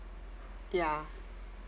ya